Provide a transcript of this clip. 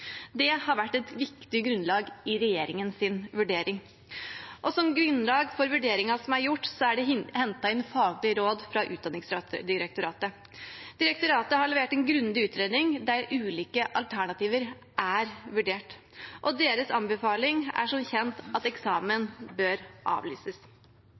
Det har vært et viktig grunnlag i regjeringens vurdering. Som grunnlag for vurderingen som er gjort, er det hentet inn faglige råd fra Utdanningsdirektoratet. Direktoratet har levert en grundig utredning der ulike alternativer er vurdert, og deres anbefaling er som kjent at eksamen bør avlyses.